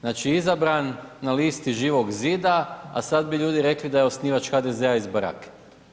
Znači, izabran na listi Živog Zida, a sad bi ljudi rekli da je osnivač HDZ-a iz barake.